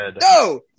No